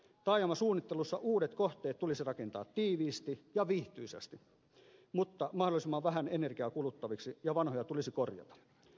taajamasuunnittelussa uudet kohteet tulisi rakentaa tiiviisti ja viihtyisästi mutta mahdollisimman vähän energiaa kuluttaviksi ja vanhoja tulisi korjata